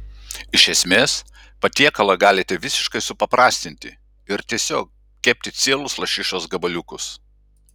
iš esmės patiekalą galite visiškai supaprastinti ir tiesiog kepti cielus lašišos gabaliukus